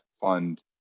fund